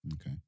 Okay